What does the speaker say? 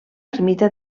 ermita